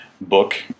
book